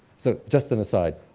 so just an aside.